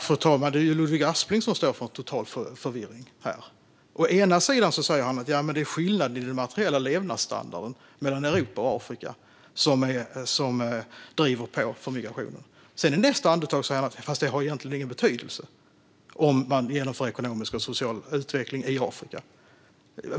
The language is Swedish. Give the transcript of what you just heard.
Fru talman! Det är ju Ludvig Aspling som står för en total förvirring. Å ena sidan säger han att det är skillnad i den materiella levnadsstandarden mellan Europa och Afrika som driver på migrationen. Å andra sidan säger han i nästa andetag att det saknar betydelse att det sker en social och ekonomisk utveckling i Afrika.